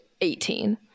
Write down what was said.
18